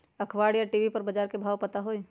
अखबार या टी.वी पर बजार के भाव पता होई?